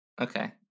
Okay